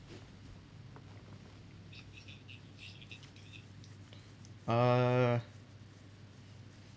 uh